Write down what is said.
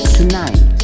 Tonight